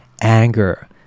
anger